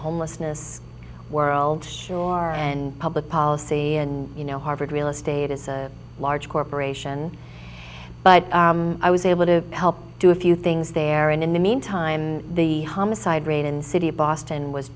homelessness world shore and public policy and you know harvard real estate is a large corporation but i was able to help do a few things there and in the meantime the homicide rate in the city of boston was